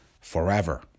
forever